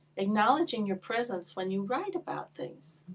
acknowledging your presence when you write about things,